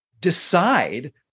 decide